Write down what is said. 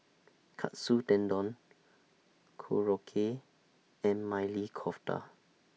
Katsu Tendon Korokke and Maili Kofta